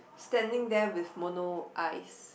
standing there with mono eyes